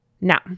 Now